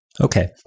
Okay